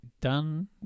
done